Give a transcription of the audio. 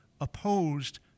opposed